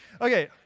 Okay